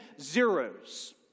zeros